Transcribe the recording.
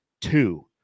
two